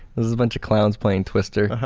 there was a bunch of clowns playing twister.